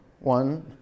One